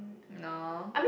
no